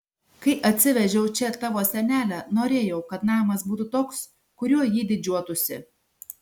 kai atsivežiau čia tavo senelę norėjau kad namas būtų toks kuriuo jį didžiuotųsi